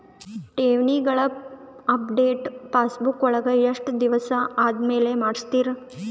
ಠೇವಣಿಗಳ update passbook ವಳಗ ಎಷ್ಟ ದಿವಸ ಆದಮೇಲೆ ಮಾಡ್ತಿರ್?